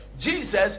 Jesus